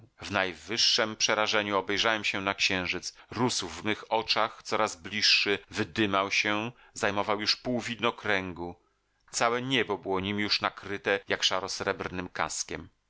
w najwyższem przerażeniu obejrzałem się na księżyc rósł w mych oczach coraz bliższy wydymał się zajmował już pół widnokręgu całe niebo było nim już nakryte jak szaro srebrnym kaskiem